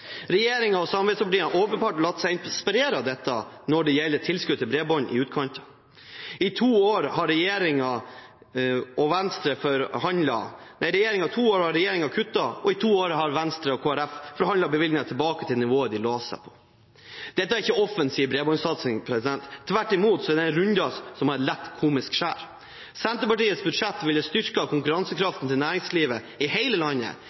og samarbeidspartiene har åpenbart latt seg inspirere av dette når det gjelder tilskuddet til bredbånd i utkantene. I to år har regjeringen kuttet, og i to år har Venstre og Kristelig Folkeparti forhandlet bevilgningene tilbake til det nivået de la seg på. Dette er ikke offensiv bredbåndsatsing. Tvert imot er det en runddans som har et lett komisk skjær. Senterpartiets budsjett ville styrket konkurransekraften til næringslivet i hele landet,